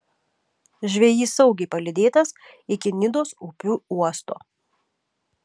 žvejys saugiai palydėtas iki nidos upių uosto